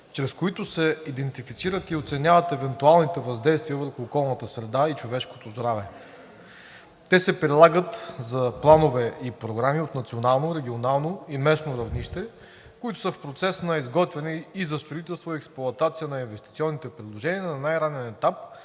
чрез които се идентифицират и оценяват евентуалните въздействия върху околната среда и човешкото здраве. Те се прилагат за планове и програми от национално, регионално и местно равнище, които са в процес на изготвяне, и за строителство и експлоатация на инвестиционните предложения на най-ранен етап